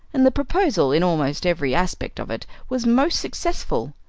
and the proposal in almost every aspect of it was most successful.